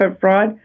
fraud